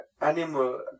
animal